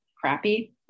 crappy